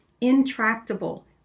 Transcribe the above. intractable